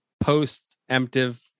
post-emptive